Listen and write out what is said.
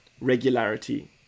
regularity